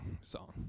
song